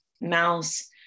mouse